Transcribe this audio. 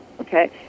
okay